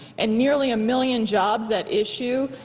and nearly a million jobs at issue,